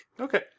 Okay